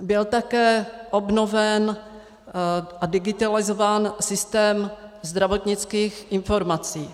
Byl také obnoven a digitalizován systém zdravotnických informací.